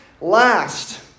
last